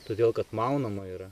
todėl kad maunama yra